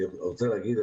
אני רוצה להגיד,